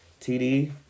TD